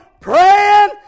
praying